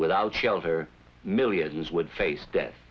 without shelter millions would face death